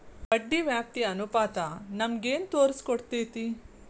ಬಡ್ಡಿ ವ್ಯಾಪ್ತಿ ಅನುಪಾತ ನಮಗೇನ್ ತೊರಸ್ಕೊಡ್ತೇತಿ?